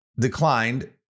declined